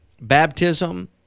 baptism